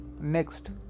Next